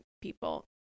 people